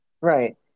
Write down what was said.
right